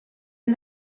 han